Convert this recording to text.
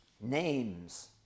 Names